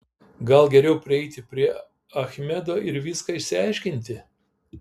gal geriau prieiti prie achmedo ir viską išsiaiškinti